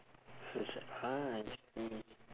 social ah I see